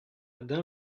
dun